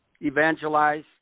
evangelize